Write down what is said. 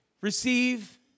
receive